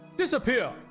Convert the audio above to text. disappear